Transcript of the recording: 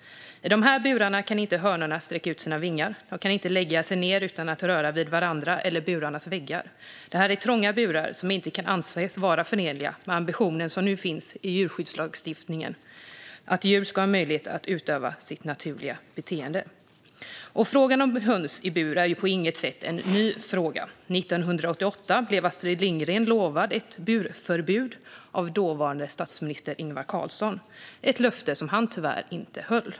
I dessa burar kan hönorna inte sträcka ut sina vingar. De kan inte lägga sig ned utan att röra vid varandra eller burarnas väggar. Det är trånga burar som inte kan anses vara förenliga med den ambition som nu finns i djurskyddslagstiftningen om att djur ska ha möjlighet att utöva sitt naturliga beteende. Frågan om höns i bur är på inget sätt en ny fråga. År 1988 blev Astrid Lindgren lovad ett burförbud av dåvarande statsministern Ingvar Carlsson, ett löfte som han tyvärr inte höll.